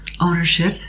ownership